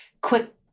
quick